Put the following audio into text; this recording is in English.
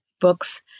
books